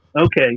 Okay